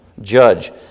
judge